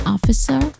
Officer